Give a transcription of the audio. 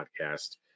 podcast